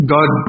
God